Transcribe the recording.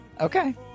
okay